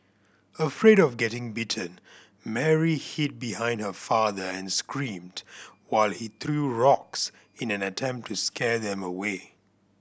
afraid of getting bitten Mary hid behind her father and screamed while he threw rocks in an attempt to scare them away